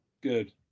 Good